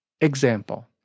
Example